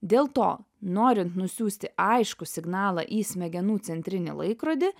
dėl to norint nusiųsti aiškų signalą į smegenų centrinį laikrodį